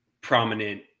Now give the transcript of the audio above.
prominent